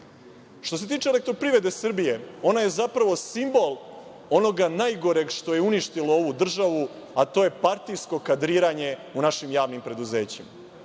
se tiče EPS, ona je zapravo simbol onoga najgoreg što je uništilo ovu državu, a to je partijsko kadriranje u našim javnim preduzećima.